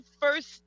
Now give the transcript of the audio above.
first